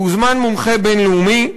והוזמן מומחה בין-לאומי.